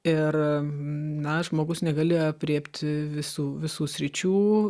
ir na žmogus negali aprėpti visų visų sričių